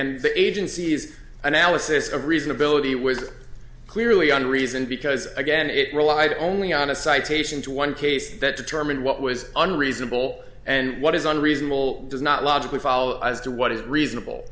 and the agency's analysis of reasonability was clearly on reason because again it relied only on a citation to one case that determine what was unreasonable and what isn't reasonable does not logically follow as what is reasonable